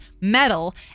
metal